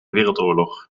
wereldoorlog